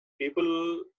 people